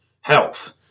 health